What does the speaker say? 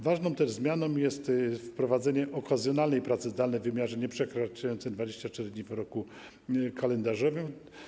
Ważną zmianą jest wprowadzenie okazjonalnej pracy zdalnej w wymiarze nieprzekraczającym 24 dni w roku kalendarzowym.